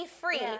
free